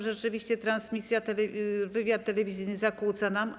Rzeczywiście transmisja, wywiad telewizyjny zakłóca nam.